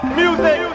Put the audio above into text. music